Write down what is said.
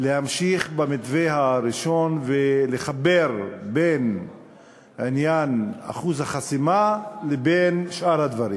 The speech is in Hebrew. להמשיך במתווה הראשון ולחבר בין עניין אחוז החסימה לבין שאר הדברים?